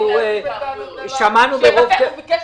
אנחנו שמענו ברוב קשב